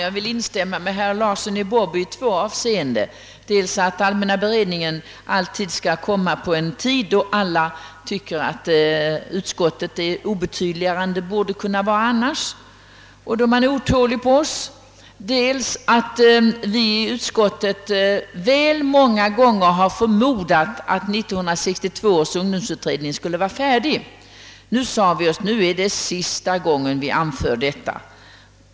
Jag vill instämma med herr Larsson i Borrby i två avseenden: dels i hans beklagande av att behandlingen av allmänna beredningsutskottets utlåtanden alltid skall förläggas till en tid när kammarens ledamöter är otåliga och när utskottet förefaller dem vara obetydligare än vad som annars skulle vara fallet, dels att vi i utskottet väl många gånger har förmodat att 1962 års ungdomsutredning snart skulle vara färdig. Vi sade oss nu i utskottet att detta är sista gången som vi anför detta skäl.